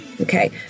Okay